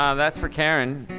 um s for karen,